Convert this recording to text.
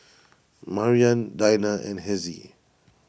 Maryann Dinah and Hezzie